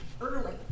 early